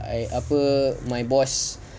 I apa my boss